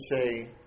say